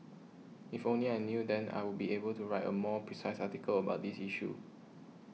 if only I knew then I would be able to write a more precise article about this issue